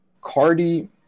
Cardi